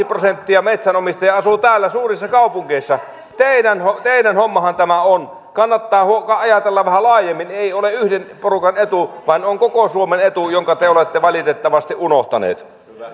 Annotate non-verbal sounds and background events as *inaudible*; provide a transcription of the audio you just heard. *unintelligible* prosenttia metsänomistajista asuu täällä suurissa kaupungeissa teidän teidän hommahan tämä on kannattaa ajatella vähän laajemmin ei ole yhden porukan etu vaan on koko suomen etu minkä te olette valitettavasti unohtaneet